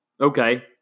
Okay